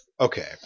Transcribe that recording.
Okay